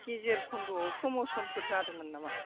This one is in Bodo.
गेजेर खन्दयाव फ्रमसनफोर जादोंमोन नामा